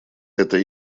это